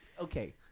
Okay